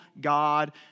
God